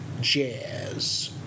jazz